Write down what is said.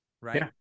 Right